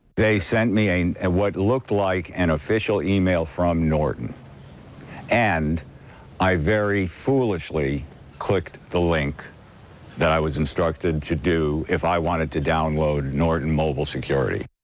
they sent me i mean and what looked like an official e-mail from norton and i very foolishly clicked the link that i was instructed to do if i wanted to download norton mobile security.